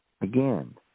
Again